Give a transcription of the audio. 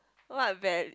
what val~